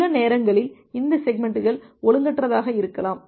சில நேரங்களில் இந்த செக்மெண்ட்கள் ஒழுங்கற்றதாக இருக்கலாம்